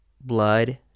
Blood